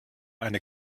eine